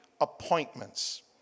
appointments